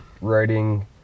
writing